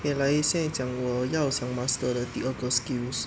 okay 来现在要讲我要想 master 的第二个 skill